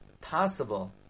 possible